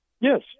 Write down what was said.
Yes